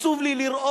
עצוב לי לראות